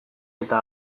eta